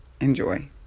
Enjoy